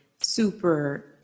super